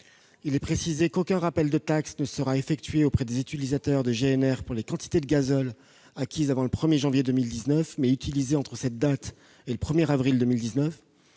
Il est précisé qu'aucun rappel de taxes ne sera effectué auprès des utilisateurs de GNR pour les quantités de gazole acquises avant le 1 janvier 2019, mais utilisées entre cette date et le 1 avril 2019.